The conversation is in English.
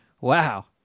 Wow